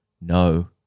no